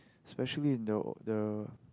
specially in the old the